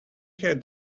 had